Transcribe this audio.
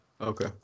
Okay